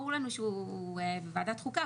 ברור לנו שהוא בוועדת חוקה,